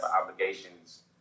obligations